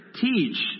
teach